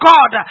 God